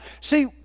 see